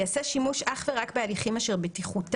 ייעשה שימוש אך ורק בהליכים אשר בטיחותם